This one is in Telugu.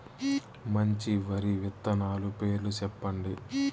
మంచి వరి విత్తనాలు పేర్లు చెప్పండి?